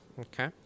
okay